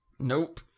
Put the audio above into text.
Nope